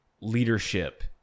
leadership